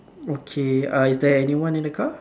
okay uh is there anyone in the car